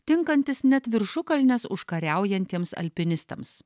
tinkantis net viršukalnes užkariaujantiems alpinistams